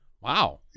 Wow